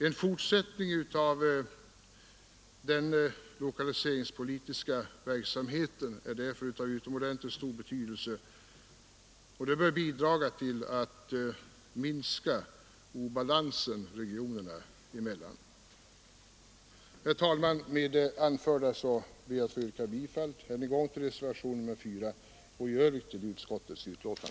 En fortsättning av den lokaliseringspolitiska verksamheten är därför av utomordentligt stor betydelse, och den bör bidra till att minska obalansen regionerna emellan. Herr talman! Med det anförda ber jag än en gång att få yrka bifall till reservationen 4 och i övrigt till utskottets hemställan.